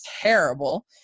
terrible